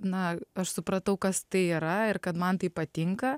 na aš supratau kas tai yra ir kad man tai patinka